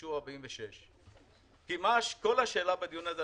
אישור סעיף 46. כי מה השאלה בדיון הזה?